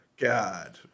God